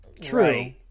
True